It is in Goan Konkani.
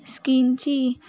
स्किनची